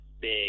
big